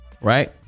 right